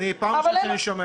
פעם ראשונה שאני שומע את זה.